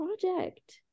project